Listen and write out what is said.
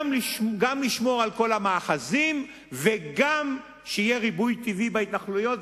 גם לשמור על כל המאחזים וגם שיהיה ריבוי טבעי בהתנחלויות.